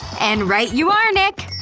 and right you are, nick!